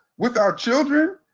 with our children,